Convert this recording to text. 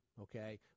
okay